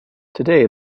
today